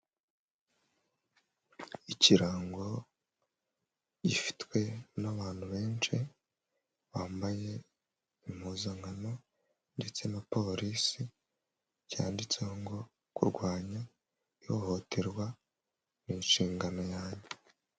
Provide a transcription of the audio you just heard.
Ikirango gifitwe n'abantu benshi bambaye impuzankano, ndetse na polisi, cyanditseho ngo "Kurwanya ihohoterwa ni nshingano yanjye".